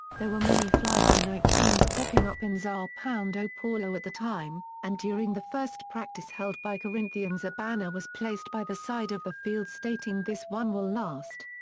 there were many fly-by-night teams popping up in sao and ah paulo at the time, and during the first practice held by corinthians a banner was placed by the side of the field stating this one will last.